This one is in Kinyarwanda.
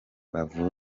batekereje